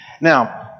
Now